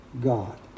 God